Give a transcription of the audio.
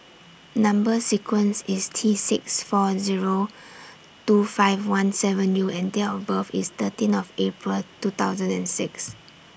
Number sequence IS T six four Zero two five one seven U and Date of birth IS thirteen of April two thousand and six